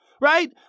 right